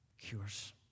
Cures